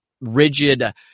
rigid